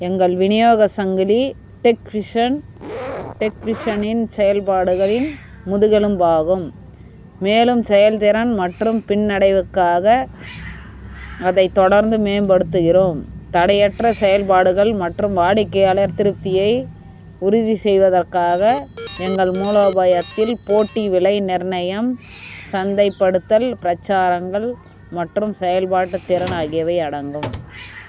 எங்கள் விநியோகச் சங்கிலி டெக் விஷன் டெக் விஷனின் செயல்பாடுகளின் முதுகெலும்பாகும் மேலும் செயல்திறன் மற்றும் பின்னடைவுக்காக அதை தொடர்ந்து மேம்படுத்துகிறோம் தடையற்ற செயல்பாடுகள் மற்றும் வாடிக்கையாளர் திருப்தியை உறுதி செய்வதற்காக எங்கள் மூலோபாயத்தில் போட்டி விலை நிர்ணயம் சந்தைப்படுத்தல் பிரச்சாரங்கள் மற்றும் செயல்பாட்டு திறன் ஆகியவை அடங்கும்